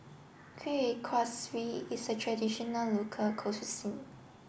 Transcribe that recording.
Kueh Kaswi is a traditional local